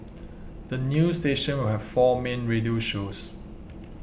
the new station will have four main radio shows